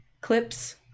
Clips